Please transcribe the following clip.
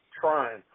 trying